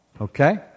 Okay